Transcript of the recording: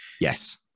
Yes